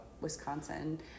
Wisconsin